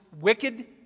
wicked